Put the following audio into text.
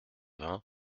vingts